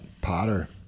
Potter